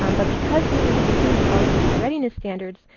um but because we were using the college and career readiness standards,